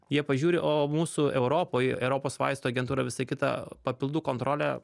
jie pažiūri o mūsų europoj europos vaistų agentūra visa kita papildų kontrolė